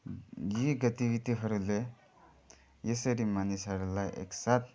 यी गतिविधिहरूले यसरी मानिसहरूलाई एकसाथ